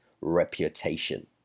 reputation